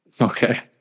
Okay